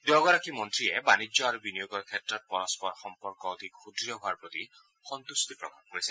দুয়োগাৰকী মন্ত্ৰীয়ে বাণিজ্য আৰু বিনিয়োগৰ ক্ষেত্ৰত পৰস্পৰ সম্পৰ্ক অধিক সুদ্ঢ় হোৱাৰ প্ৰতি সম্ভট্টি প্ৰকাশ কৰিছে